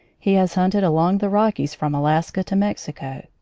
he has hunted along the rockies from alaska to mexico.